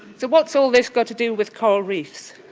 so what's all this got to do with coral reefs?